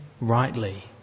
rightly